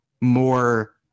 more